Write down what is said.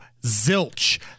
Zilch